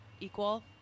equal